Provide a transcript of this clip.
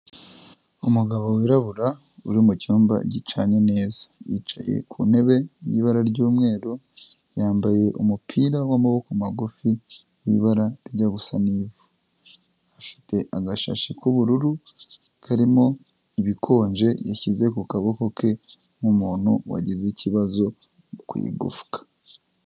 Umugabo wirabura uri mu cyumba gicanye neza, yicaye ku ntebe y'ibara ry'umweru, yambaye umupira w'amaboko magufi w'ibara rijya gusa n'ivu, afite agashashi k'ubururu karimo ibikonje yashyize ku kaboko ke nk'umuntu wagize ikibazo ku igufwa.